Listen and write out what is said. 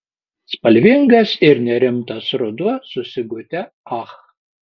spalvingas ir nerimtas ruduo su sigute ach